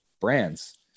brands